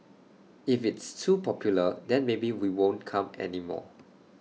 if it's too popular then maybe we won't come anymore